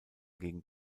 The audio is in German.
gegen